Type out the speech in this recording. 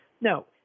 No